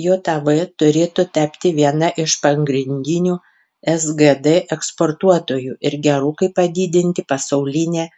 jav turėtų tapti viena iš pagrindinių sgd eksportuotojų ir gerokai padidinti pasaulinę